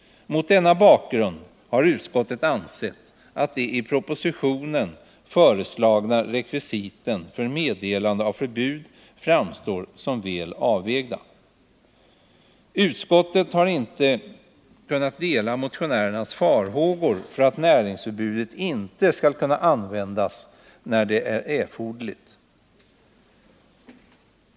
Mot denna bakgrund har utskottet ansett att de i propositionen föreslagna rekvisiten för meddelande av förbud framstår som väl avvägda. Utskottet har inte kunnat dela motionärernas farhågor för att näringsförbudet inte skall kunna användas när det är erforderligt.